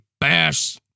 bash